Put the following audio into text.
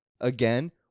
Again